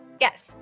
Yes